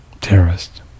terrorist